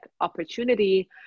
opportunity